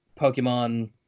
Pokemon